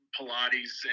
Pilates